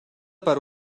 per